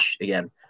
again